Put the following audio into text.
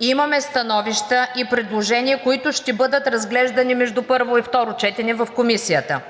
Имаме становища и предложения, които ще бъдат разглеждани между първо и второ четене в Комисията.